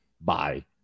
Bye